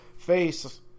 face